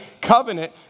Covenant